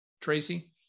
Tracy